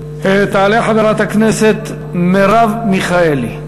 תעלה חברת הכנסת מרב מיכאלי,